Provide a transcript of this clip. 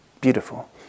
beautiful